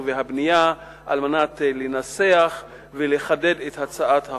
והבנייה על מנת לנסח ולחדד את הצעת החוק.